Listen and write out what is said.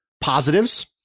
positives